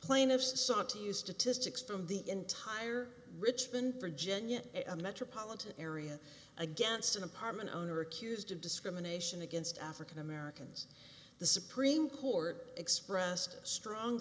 sought to use to to stick from the entire richmond virginia metropolitan area against an apartment owner accused of discrimination against african americans the supreme court expressed a strong